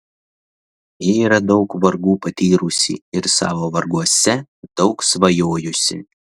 ji yra daug vargų patyrusi ir savo varguose daug svajojusi